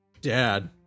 dad